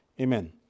Amen